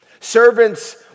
Servants